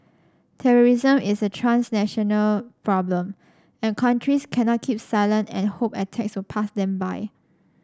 terrorism is a transnational problem and countries cannot keep silent and hope attacks will pass them by